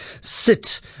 sit